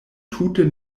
tute